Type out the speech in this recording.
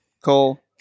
cool